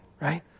right